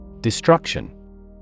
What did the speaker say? Destruction